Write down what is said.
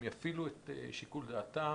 הם יפעילו את שיקול דעתם